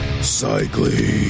cycling